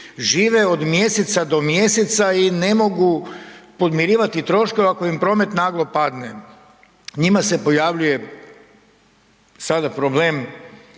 žive od mjeseca do mjeseca i ne mogu podmirivati troškove ako im promet naglo padne. Njima se pojavljuje sada problem